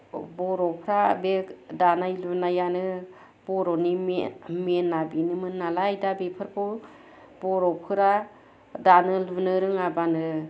बर'फ्रा बे दानाय लुनायानो बर'नि मेइन मेइना बेनोमोन नालाय दा बेफोरखौ बर'फोरा दानो लुनो रोङाब्लानो